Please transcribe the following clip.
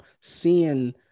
seeing